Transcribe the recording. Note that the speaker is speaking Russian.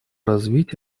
развить